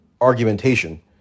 argumentation